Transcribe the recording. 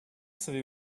savez